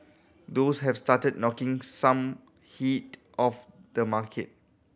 those have started knocking some heat off the market